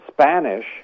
Spanish